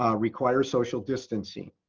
ah require social distancing.